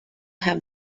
have